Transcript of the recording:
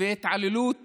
והתעללות